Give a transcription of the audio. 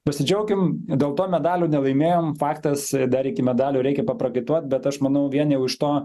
pasidžiaukim dėl to medalių nelaimėjom faktas dar iki medalių reikia paprakaituot bet aš manau vien jau iš to